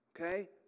okay